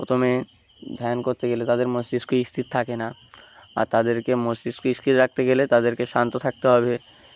প্রথমে ধ্যান করতে গেলে তাদের মস্তিষ্ক স্থির থাকে না আর তাদেরকে মস্তিষ্ক স্থির রাখতে গেলে তাদেরকে শান্ত থাকতে হবে